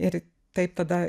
ir taip tada